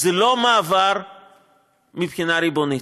זה לא מעבר מבחינה ריבונית,